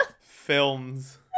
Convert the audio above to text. films